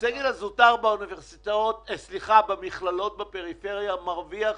הסגל הזוטר במכללות בפריפריה מרוויח